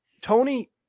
Tony